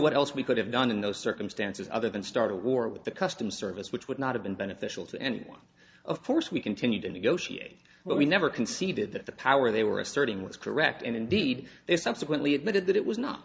what else we could have done in those circumstances other than start a war with the customs service which would not have been beneficial to anyone of course we continue to negotiate but we never conceded that the power they were asserting was correct and indeed they subsequently admitted that it was not